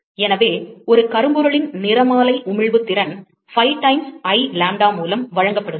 எனவே ஒரு கரும்பொருள் இன் நிறமாலை உமிழ்வு திறன் பை டைம்ஸ் I லாம்ப்டா மூலம் வழங்கப்படுகிறது